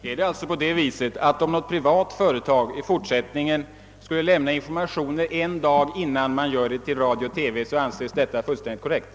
Herr talman! Skall det alltså i fortsättningen anses fullständigt korrekt, om ett privat företag i ett fall som detta skulle lämna informationer till sina anställda endast en dag innan ifrågavarande upplysningar släpps ut till radio och TV?